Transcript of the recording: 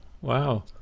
Wow